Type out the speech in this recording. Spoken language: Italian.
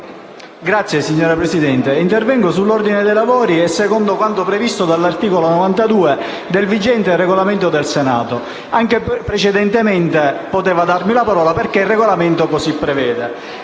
Grazie, signora Presidente. Intervengo sull'ordine dei lavori e secondo quanto previsto dall'articolo 92 del vigente Regolamento del Senato. Anche precedentemente poteva darmi la parola, perché il Regolamento così prevede.